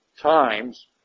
times